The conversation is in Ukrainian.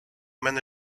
мене